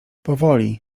powoli